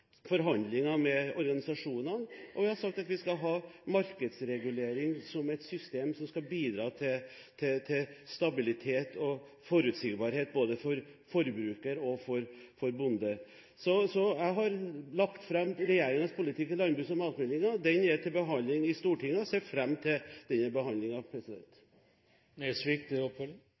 forhandlinger med organisasjonene, og vi har sagt at vi skal ha markedsregulering som et system som skal bidra til stabilitet og forutsigbarhet både for forbruker og for bonde. Jeg har lagt fram regjeringens politikk i landbruks- og matmeldingen. Den er til behandling i Stortinget, og jeg ser fram til den behandlingen. Undertegnede ser også fram til